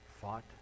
fought